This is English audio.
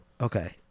Okay